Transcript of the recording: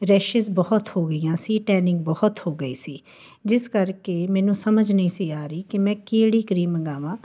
rashes ਬਹੁਤ ਹੋ ਗਈਆਂ ਸੀ ਟੈਨਿੰਗ ਬਹੁਤ ਹੋ ਗਈ ਸੀ ਜਿਸ ਕਰਕੇ ਮੈਨੂੰ ਸਮਝ ਨਹੀਂ ਸੀ ਆ ਰਹੀ ਕਿ ਮੈਂ ਕਿਹੜੀ ਕਰੀਮ ਮੰਗਵਾਵਾਂ